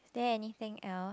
there anything else